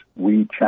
WeChat